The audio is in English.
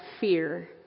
fear